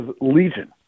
legion